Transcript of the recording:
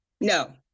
No